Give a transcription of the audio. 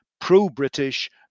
pro-British